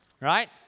Right